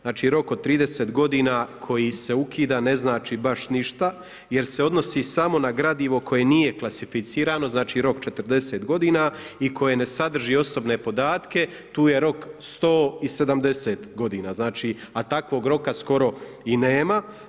Znači rok od 30 godina koji se ukida ne znači baš ništa jer se odnosi samo na gradivo koje nije klasificirano znači rok 40 godina i koje ne sadrži osobne podatke, tu je rok 170 godina, znači a takvog roka skoro i nema.